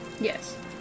Yes